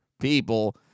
people